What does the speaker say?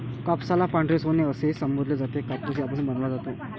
कापसाला पांढरे सोने असेही संबोधले जाते, कापूस यापासून बनवला जातो